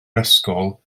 ysgol